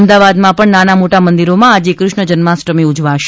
અમદાવાદમાં પણ નાના મોટા મંદિરોમાં આજે કૃષ્ણ જન્મોત્સવ ઉજવાશે